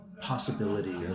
possibility